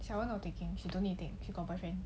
小 one not taking she don't need take she got boyfriend